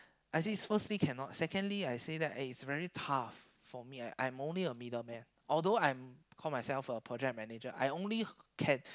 like this firstly cannot secondly I say that it is very tough for me I'm only a middle man although I'm call myself a project manager I only can